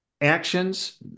actions